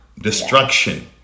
destruction